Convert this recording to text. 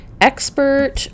expert